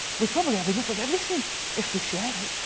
we probably have enough of everything if we shared it.